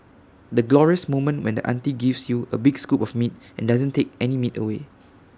the glorious moment when the auntie gives you A big scoop of meat and doesn't take any meat away